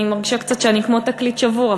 אני מרגישה שאני קצת כמו תקליט שבור,